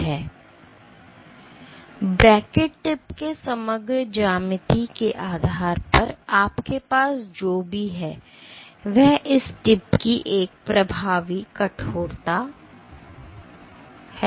तो bracket tip के समग्र ज्यामिति के आधार पर आपके पास जो भी है वह इस टिप की एक प्रभावी कठोरता है